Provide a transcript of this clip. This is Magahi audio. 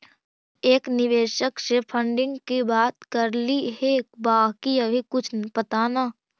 हम एक निवेशक से फंडिंग की बात करली हे बाकी अभी कुछ पता न